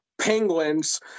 penguins